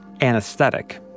anesthetic